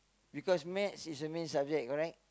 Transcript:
because maths is a main subject correct